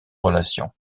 relation